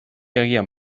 agian